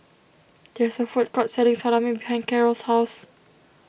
there is a food court selling Salami behind Carrol's house